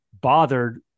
bothered